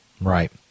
Right